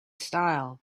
style